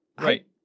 Right